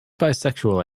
bisexual